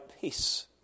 peace